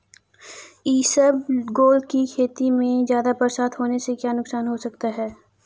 इसबगोल की खेती में ज़्यादा बरसात होने से क्या नुकसान हो सकता है?